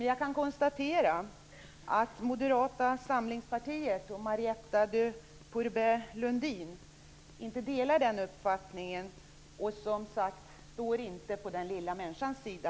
Jag kan konstatera att Moderata samlingspartiet och Marietta de Pourbaix-Lundin inte delar den uppfattningen och inte står på den lilla människans sida.